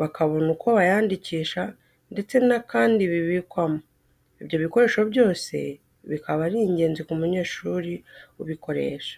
bakabone uko bayandikisha ndetse n'akandi bibikwamo. Ibyo bikoresho byose bikaba ari ingenzi ku munyeshuri ubukoresha.